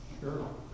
Sure